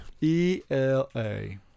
E-L-A